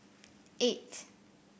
eight